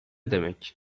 demek